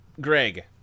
Greg